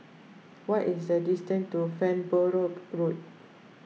what is the distance to Farnborough Road